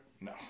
No